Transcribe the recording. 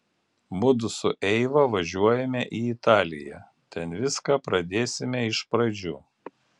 mudu su eiva važiuojame į italiją ten viską pradėsime iš pradžių